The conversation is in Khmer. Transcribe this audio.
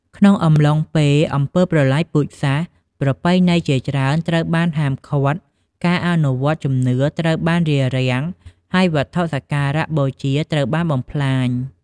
ក្នុងអំឡុងពេលអំពើប្រល័យពូជសាសន៍ ប្រពៃណីជាច្រើនត្រូវបានហាមឃាត់ ការអនុវត្តន៍ជំនឿត្រូវបានរារាំង ហើយវត្ថុសក្ការៈបូជាត្រូវបានបំផ្លាញ។